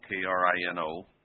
K-R-I-N-O